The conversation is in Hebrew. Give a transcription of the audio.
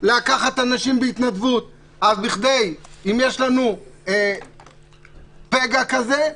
לקחת אנשים בהתנדבות אם יהיה לנו פגע כזה,